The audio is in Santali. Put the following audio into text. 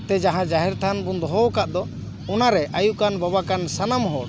ᱛᱮ ᱡᱟᱦᱟᱸ ᱡᱟᱦᱮᱨ ᱛᱷᱟᱱ ᱵᱚᱱ ᱫᱚᱦᱚᱣ ᱠᱟᱫ ᱫᱚ ᱚᱱᱟ ᱨᱮ ᱟᱭᱳ ᱠᱟᱱ ᱵᱟᱵᱟ ᱠᱟᱱ ᱥᱟᱱᱟᱢ ᱦᱚᱲ